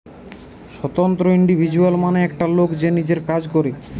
স্বতন্ত্র ইন্ডিভিজুয়াল মানে একটা লোক যে নিজের কাজ করে